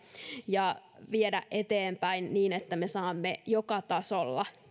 ja viedä niitä eteenpäin niin että me saamme joka tasolla